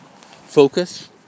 Focus